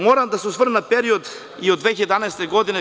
Moram da se osvrnem i na period od 2011. godine.